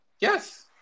Yes